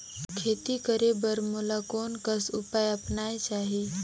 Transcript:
खेती करे बर मोला कोन कस उपाय अपनाये चाही?